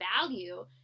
value